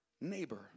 neighbor